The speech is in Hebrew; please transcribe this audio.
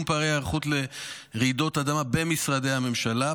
פערי ההיערכות לרעידות אדמה במשרדי הממשלה,